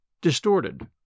distorted